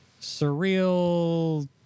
surreal